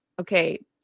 okay